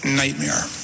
nightmare